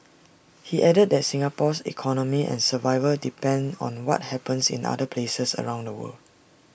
he added that Singapore's economy and survival depend on what happens in other places around the world